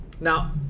Now